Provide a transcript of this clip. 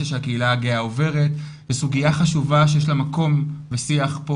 שהקהילה הגאה עוברת בסוגיה חשובה שיש לה מקום בשיח פה